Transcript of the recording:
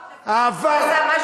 הוא גזר קופון.